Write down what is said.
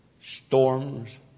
Storms